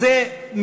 אז זה בשבילי,